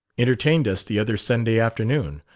entertained us the other sunday afternoon.